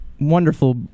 wonderful